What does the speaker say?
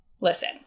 Listen